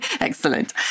Excellent